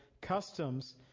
customs